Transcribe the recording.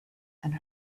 and